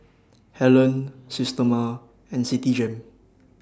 Helen Systema and Citigem